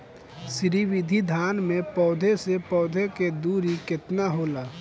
श्री विधि धान में पौधे से पौधे के दुरी केतना होला?